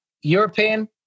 European